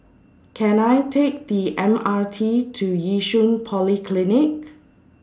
Can I Take The M R T to Yishun Polyclinic